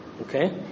Okay